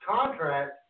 contract